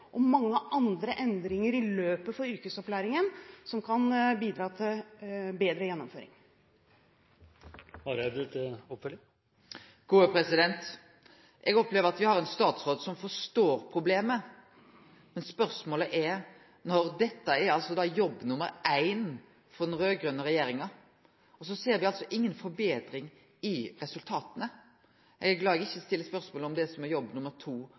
og mange andre endringer i løpet for yrkesopplæringen som kan bidra til bedre gjennomføring. Eg opplever at me har ein statsråd som forstår problemet, men sjølv om dette er jobb nr. éin for den raud-grøne regjeringa, ser me altså inga betring i resultata. Eg er glad eg ikkje stilte spørsmål om det som er jobb nr. to